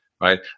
right